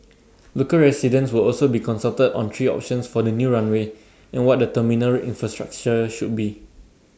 local residents will also be consulted on three options for the new runway and what the terminal infrastructure should be